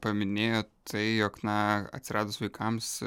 paminėjot tai jog na atsiradus vaikams